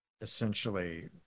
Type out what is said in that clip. essentially